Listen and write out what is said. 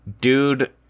Dude